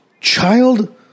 child